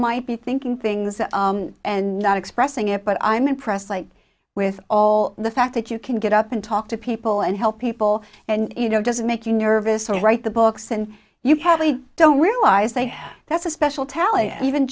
might be thinking things and not expressing it but i'm impressed like with all the fact that you can get up and talk to people and help people and you know it doesn't make you nervous or write the books and you have they don't realize they have that's a special talent even